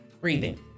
breathing